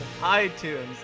iTunes